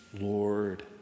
Lord